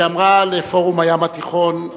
שאמרה לפורום הים התיכון,